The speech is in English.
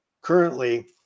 currently